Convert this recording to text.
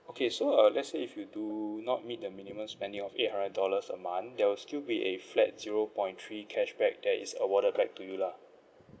okay so uh let's say if you do not meet the minimum spending of eight hundred dollars a month there'll still be a flat zero point three cashback that is awarded back to you lah